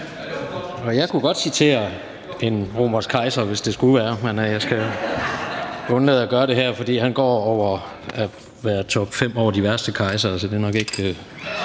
Jeg kunne godt citere en romersk kejser, hvis det skulle være, men jeg skal undlade at gøre det her, for han går for at være i topfem blandt de værste kejsere. Det er Marcus